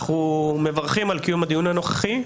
אנו מברכים על קיום הדיון הנוכחי,